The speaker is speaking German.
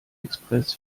express